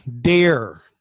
dare